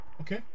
Okay